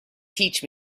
teach